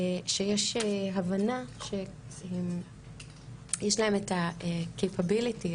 כשיש הבנה שיש להם את ה-capability,